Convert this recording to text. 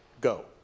go